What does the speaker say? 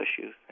issues